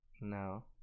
No